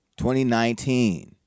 2019